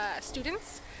students